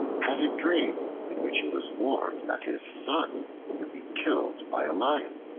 had a dream in which he was warned that his son would be killed by a lion.